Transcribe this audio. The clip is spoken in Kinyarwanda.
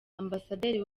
ambasaderi